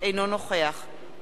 יוחנן פלסנר,